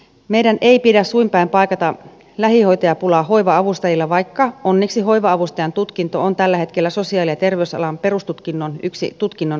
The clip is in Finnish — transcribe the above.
meidän ei pidä suin päin paikata lähihoitajapulaa hoiva avustajilla vaikka onneksi hoiva avustajan tutkinto on tällä hetkellä sosiaali ja terveysalan perustutkinnon yksi tutkinnon osa